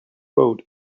road